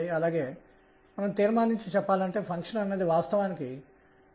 మరియు ఇది p తప్ప మరేమీ కాదు